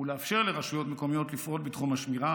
ולאפשר לרשויות מקומיות לפעול בתחום השמירה,